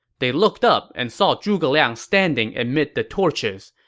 they looked up and saw zhuge liang standing amid the torches.